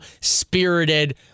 spirited